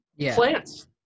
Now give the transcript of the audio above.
Plants